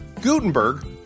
Gutenberg